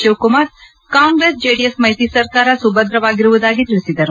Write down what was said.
ಶಿವಕುಮಾರ್ ಕಾಂಗ್ರೆಸ್ ಜೆದಿಎಸ್ ಮೈತ್ರಿ ಸರ್ಕಾರ ಸುಭದ್ರವಾಗಿರುವುದಾಗಿ ತಿಳಿಸಿದರು